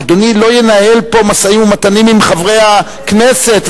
אדוני לא ינהל פה משאים-ומתנים עם חברי הכנסת,